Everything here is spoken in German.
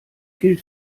gilt